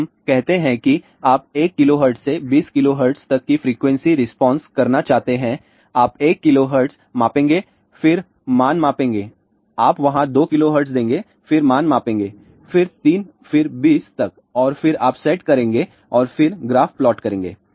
तो हम कहते हैं कि आप 1 KHz से 20 KHz तक की फ्रीक्वेंसी रिस्पांस करना चाहते हैं आप 1 KHz मापेंगे फिर मान मापेंगे आप वहाँ 2 KHz देंगे फिर मान मापेंगे फिर 3 फिर 20 तक और फिर आप सेट करेंगे और फिर ग्राफ प्लॉट करेंगे